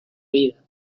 vida